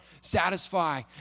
satisfy